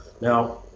Now